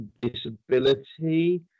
disability